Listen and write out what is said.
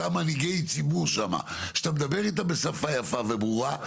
אותם מנהיגי ציבור שם כשאתה מדבר איתם בשפה יפה וברורה,